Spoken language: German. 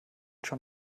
schon